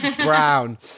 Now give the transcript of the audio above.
Brown